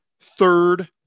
third